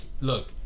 look